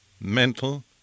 mental